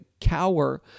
cower